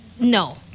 No